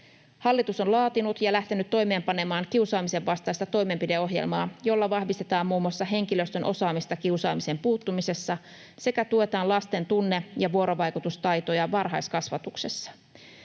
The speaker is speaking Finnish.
Hallitus on laatinut ja lähtenyt toimeenpanemaan kiusaamisen vastaista toimenpideohjelmaa, jolla vahvistetaan muun muassa henkilöstön osaamista kiusaamiseen puuttumisessa sekä tuetaan lasten tunne- ja vuorovaikutustaitoja varhaiskasvatuksessa.